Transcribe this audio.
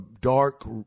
dark